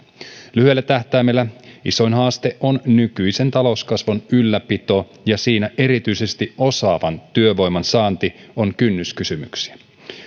lyhyellä tähtäimellä isoin haaste on nykyisen talouskasvun ylläpito ja siinä erityisesti osaavan työvoiman saanti on kynnyskysymyksiä